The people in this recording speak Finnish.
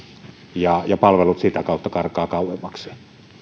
ja ja palvelut sitä kautta karkaavat kauemmaksi